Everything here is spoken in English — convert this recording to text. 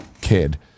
kid